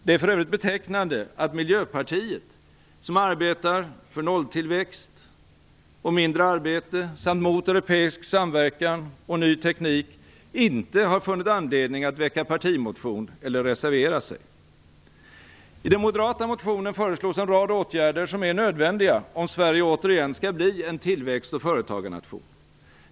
Det är för övrigt betecknande att Miljöpartiet, som arbetar för nolltillväxt och mindre arbete samt mot europeisk samverkan och ny teknik, inte har funnit anledning att väcka partimotion eller reservera sig. I den moderata motionen föreslås en rad åtgärder som är nödvändiga om Sverige återigen skall bli en tillväxt och företagarnation.